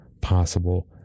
possible